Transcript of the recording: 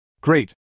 Great